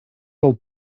del